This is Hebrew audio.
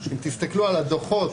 אם תסתכלו על הדוחות